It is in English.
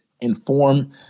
inform